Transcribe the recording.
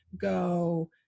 go